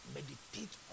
Meditate